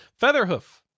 Featherhoof